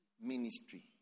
ministry